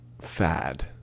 fad